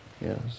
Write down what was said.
yes